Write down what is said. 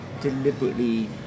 deliberately